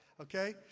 Okay